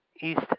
East